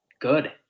Good